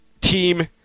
team